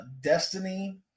Destiny